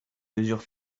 mesure